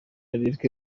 eric